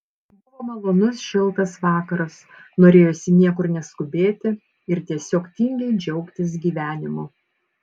buvo malonus šiltas vakaras norėjosi niekur neskubėti ir tiesiog tingiai džiaugtis gyvenimu